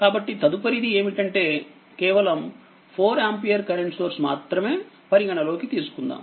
కాబట్టితదుపరిది ఏమిటంటే కేవలం4ఆంపియర్ current source మాత్రమే పరిగణలోకి తీసుకుందాము